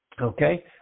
Okay